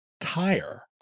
tire